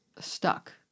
stuck